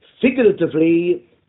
figuratively